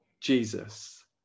Jesus